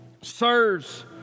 Sirs